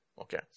Okay